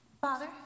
Father